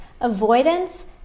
Avoidance